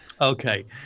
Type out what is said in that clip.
Okay